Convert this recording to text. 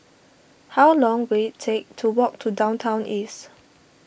how long will it take to walk to Downtown East